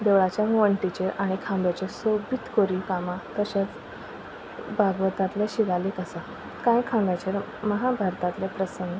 देवळाच्या वंटीचेर आनी खांब्याचेर सोबीत कोरीव कामां तशेंच भागवतांतले शिलालेख आसा कांय खांब्याचेर महाभारतांतले प्रसंग